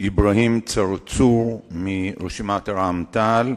אברהים צרצור מרשימת רע"ם-תע"ל,